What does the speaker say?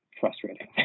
frustrating